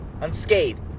unscathed